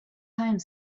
time